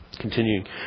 Continuing